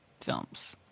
films